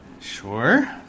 Sure